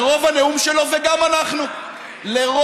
לרוב הנאום שלו, וגם אנחנו, לרוב-רובו.